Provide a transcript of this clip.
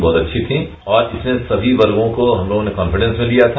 बहुत अच्छी थी और इसमें सभी वर्गो को उन्होंने कॉन्फिडेंस में लिया था